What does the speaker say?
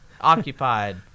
occupied